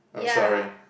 I'm sorry